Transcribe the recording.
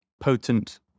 potent